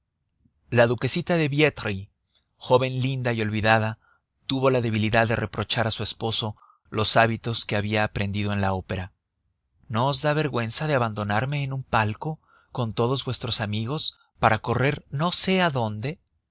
la duquesita de biétry joven linda y olvidada tuvo la debilidad de reprochar a su esposo los hábitos que había aprendido en la opera no os da vergüenza de abandonarme en un palco con todos vuestros amigos para correr no sé adónde